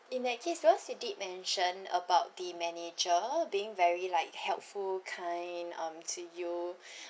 in that case because you did mention about the manager being very like helpful kind um to you